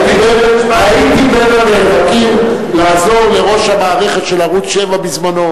הייתי בין הנאבקים לעזור לראש המערכת של ערוץ-7 בזמנו,